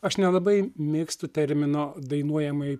aš nelabai mėgstu termino dainuojamai